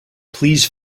please